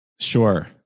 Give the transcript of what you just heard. Sure